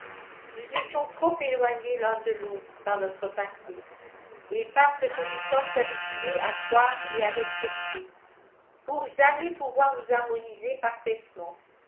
nous étions trop éloignés l'un de l'autre par notre passé et par ce que nous sommes habitués à croire et à respecter pour jamais pouvoir nous harmoniser parfaitement